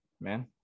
man